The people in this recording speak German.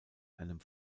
einem